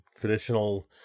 traditional